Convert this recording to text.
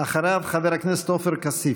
אחריו חבר הכנסת עופר כסיף.